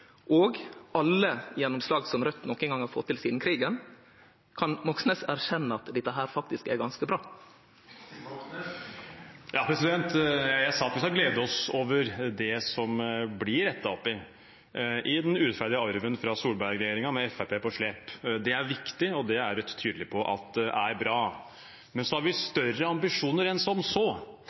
og alle gjennomslag som Raudt nokon gong har fått til sidan krigen, kan Moxnes erkjenne at det faktisk er ganske bra? Ja, jeg sa at vi skal glede oss over det som blir rettet opp i den urettferdige arven fra Solberg-regjeringen med Fremskrittspartiet på slep. Det er viktig, og det er vi tydelig på at er bra. Men vi har større ambisjoner enn som så,